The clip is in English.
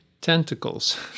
Tentacles